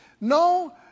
No